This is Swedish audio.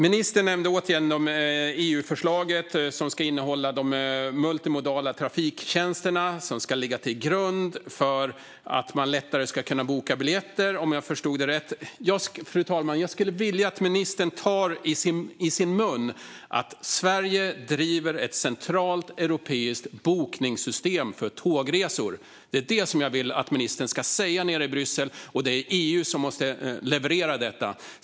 Ministern nämnde återigen EU-förslaget som ska innehålla de multimodala trafiktjänsterna vilka ska göra det lättare att boka biljetter, om jag förstod det rätt. Fru talman! Jag skulle vilja att ministern tar i sin mun att Sverige driver ett centralt europeiskt bokningssystem för tågresor. Det är det som jag vill att ministern ska säga nere i Bryssel, och det är EU som måste leverera detta.